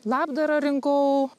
labdarą rinkau